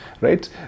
Right